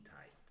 type